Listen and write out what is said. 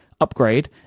upgrade